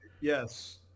Yes